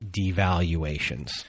devaluations